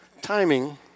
Timing